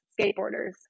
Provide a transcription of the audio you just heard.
skateboarders